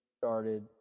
started